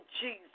Jesus